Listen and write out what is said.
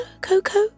Coco